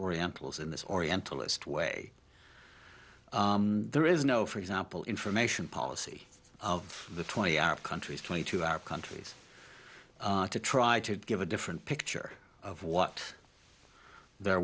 orientals in this oriental list way there is no for example information policy of the twenty arab countries twenty two arab countries to try to give a different picture of what their